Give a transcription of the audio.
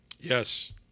Yes